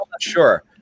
sure